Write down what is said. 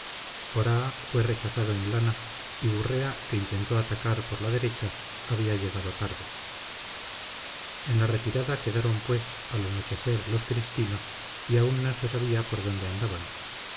oraa fue rechazado en lana y gurrea que intentó atacar por la derecha había llegado tarde en retirada quedaron pues al anochecer los cristinos y aún no se sabía por dónde andaban